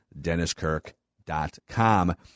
DennisKirk.com